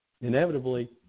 inevitably –